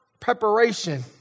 preparation